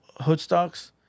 Hoodstocks